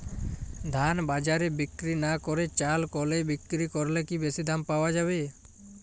ধান বাজারে বিক্রি না করে চাল কলে বিক্রি করলে কি বেশী দাম পাওয়া যাবে?